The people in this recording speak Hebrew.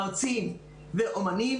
מרצים ואמנים.